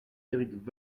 éric